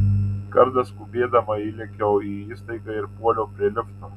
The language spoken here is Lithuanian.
kartą skubėdama įlėkiau į įstaigą ir puoliau prie lifto